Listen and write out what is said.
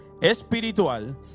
espiritual